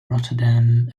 rotterdam